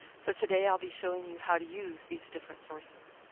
so today i'll be showing you how to use these different sources.